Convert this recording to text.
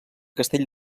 castell